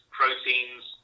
proteins